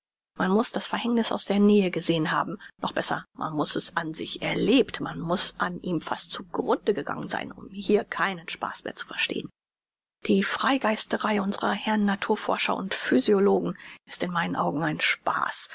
man muß das verhängniß aus der nähe gesehn haben noch besser man muß es an sich erlebt man muß an ihm fast zu grunde gegangen sein um hier keinen spaß mehr zu verstehn die freigeisterei unsrer herrn naturforscher und physiologen ist in meinen augen ein spaß